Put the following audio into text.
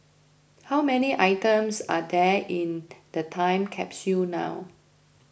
how many items are there in the time capsule now